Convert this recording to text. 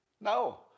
No